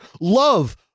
love